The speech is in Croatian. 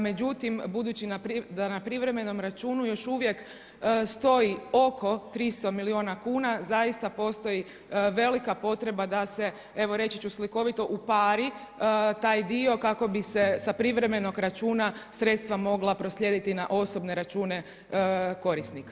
Međutim budući da na privremenom računu još uvijek stoji oko 30 milijuna kuna zaista postoji velika potreba da se, evo reći ću slikovito upari taj dio kako bi se sa privremenog računa sredstva mogla proslijediti na osobne račune korisnika.